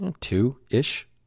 two-ish